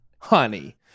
Honey